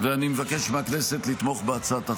אני מבקש מהכנסת לתמוך בהצעת החוק.